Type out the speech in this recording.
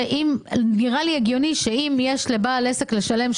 נראה לי הגיוני שאם יש לבעל עסק לשלם,